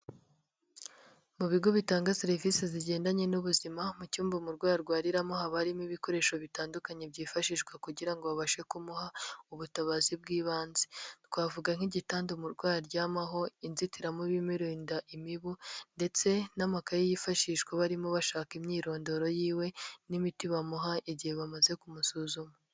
Mu bigo bitanga serivisi zigendanye n'ubuzima, mu cyumba umurwayi arwariramo haba harimo ibikoresho bitandukanye byifashishwa kugira ngo babashe kumuha ubutabazi bw'ibanze, twavuga nk'igitanda umurwayi aryamaho, inzitiramubu imurinda imibu ndetse n'amakayi yifashishwa barimo bashaka imyirondoro yiwe n'imiti bamuha igihe bamaze kumusuzuma.